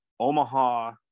Omaha